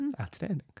outstanding